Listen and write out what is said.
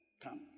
come